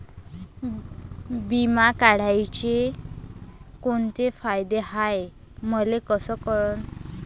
बिमा काढाचे कोंते फायदे हाय मले कस कळन?